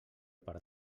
per